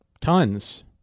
Tons